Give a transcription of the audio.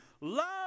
love